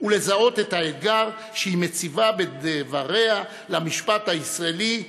ולזהות את האתגר שהיא מציבה בדבריה למשפט הישראלי,